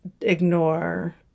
ignore